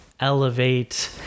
elevate